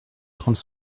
trente